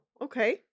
okay